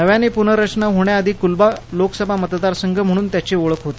नव्याने पुनर्रचना होण्याआधी कुलाबा लोकसभा मतदार संघ म्हणून याची ओळख होती